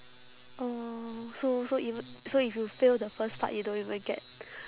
orh so so eve~ so if you fail the first part you don't even get